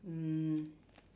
mm